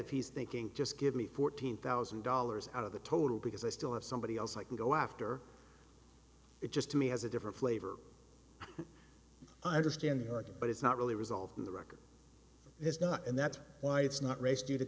if he's thinking just give me fourteen thousand dollars out of the total because i still have somebody else i can go after it just to me has a different flavor understand york but it's not really resolved in the record is not and that's why it's not race